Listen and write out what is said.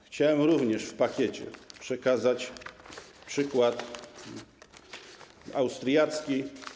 Chciałem również w pakiecie przekazać przykład austriacki.